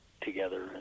together